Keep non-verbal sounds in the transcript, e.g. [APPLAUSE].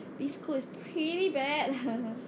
biz school is pretty bad [LAUGHS]